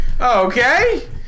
Okay